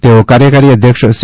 તેઓ કાર્યકારી અધ્યક્ષ સી